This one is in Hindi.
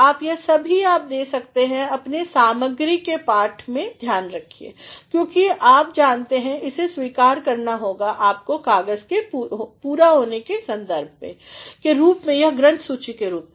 अब यह सभी जब आप दे रहे हैं अपने सामग्री के पाठ में ध्यान रखिए क्योंकि आप जानते हैं इसे स्वीकार करना होगा आपका कागज़ पूरा होने के बाद संदर्भ के रूप में